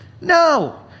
No